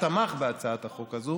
תמך בהצעת החוק הזו